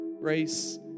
Grace